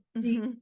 deep